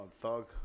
Thug